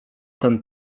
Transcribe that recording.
ten